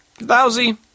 Lousy